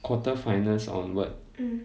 quarter finals onward